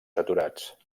saturats